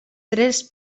tres